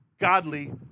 godly